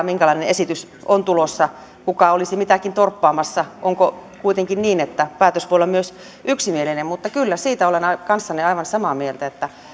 minkälainen esitys on tulossa kuka olisi mitäkin torppaamassa onko kuitenkin niin että päätös voi olla myös yksimielinen mutta siitä kyllä olen kanssanne aivan samaa mieltä että